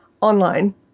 online